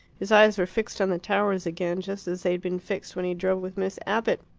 his eyes were fixed on the towers again, just as they had been fixed when he drove with miss abbott.